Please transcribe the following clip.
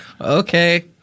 Okay